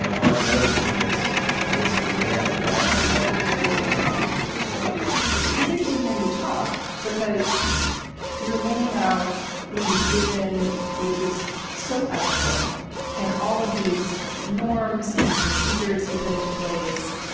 ah hard nosed in its in its demand that the ethics be adhered to so it's interesting hearing you talk because you're laying out leaves vision, which was so ethical and all of these norms and procedures he put into place.